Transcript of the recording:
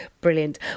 brilliant